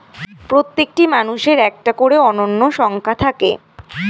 প্রত্যেকটি মানুষের একটা করে অনন্য সংখ্যা থাকে